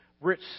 rich